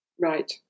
Right